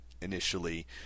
initially